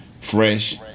Fresh